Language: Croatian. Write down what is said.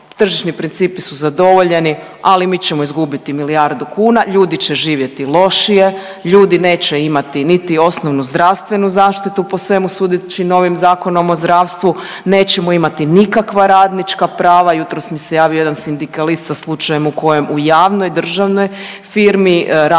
tržišni principi su zadovoljeni, ali mi ćemo izgubiti milijardu kuna, ljudi će živjeti lošije, ljudi neće imati niti osnovnu zdravstvenu zaštitu po svemu sudeći novim Zakonom o zdravstvu, nećemo imati nikakva radnička prava. Jutros mi se javio jedan sindikalist sa slučajem u kojem u javnoj državnoj firmi radnika